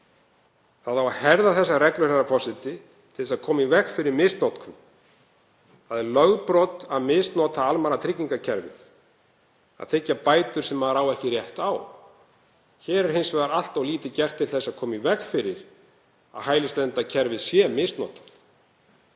Það á að herða þessar reglur, herra forseti, til þess að koma í veg fyrir misnotkun. Það er lögbrot að misnota almannatryggingakerfið, að þiggja bætur sem maður á ekki rétt á. Hér er hins vegar allt of lítið gert til að koma í veg fyrir að hælisleitendakerfið sé misnotað.